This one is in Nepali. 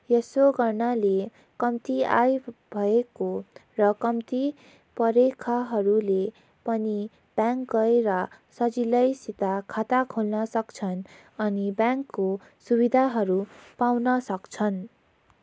यसो गर्नाले कम्ती आय भएको र कम्ती पढेकाहरूले पनि ब्याङ्क गएर सजिलैसित खाता खोल्न सक्छन् अनि ब्याङ्कको सुविधाहरू पाउन सक्छन्